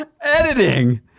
Editing